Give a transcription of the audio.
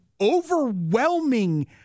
overwhelming